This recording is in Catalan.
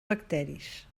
bacteris